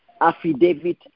affidavit